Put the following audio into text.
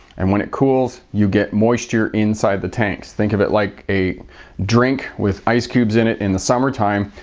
and when it cools you get moisture inside the tanks. think of it like a drink with ice cubes in it in the summertime.